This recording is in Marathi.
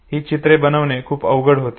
ही चित्रे बनवणे खूप अवघड होते